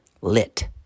lit